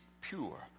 pure